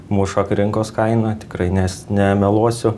muša rinkos kainą tikrai nes nemeluosiu